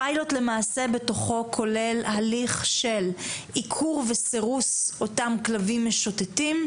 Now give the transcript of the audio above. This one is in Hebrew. הפיילוט למעשה כולל בתוכו הליך של עיקור וסירוס אותם כלבים משוטטים,